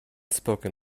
spoken